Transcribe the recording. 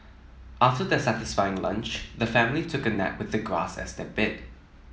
after their satisfying lunch the family took a nap with the grass as their bed